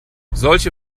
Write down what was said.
solche